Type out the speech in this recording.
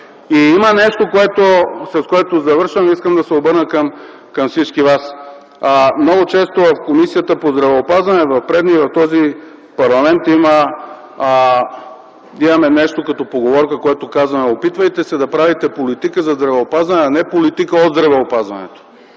разбера това. Завършвам и искам да се обърна към всички вас. Много често в Комисията по здравеопазване в предишния и в този парламент имаме нещо като поговорка, в която казваме: „Опитайте се да правите политика за здравеопазване, а не политика от здравеопазването”.